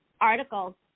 article